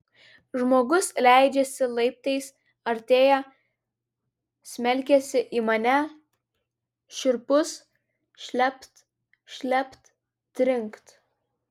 žmogus leidžiasi laiptais artėja smelkiasi į mane šiurpus šlept šlept trinkt